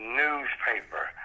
newspaper